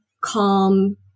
calm